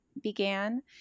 began